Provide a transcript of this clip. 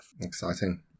Exciting